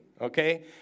Okay